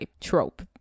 trope